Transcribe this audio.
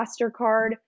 MasterCard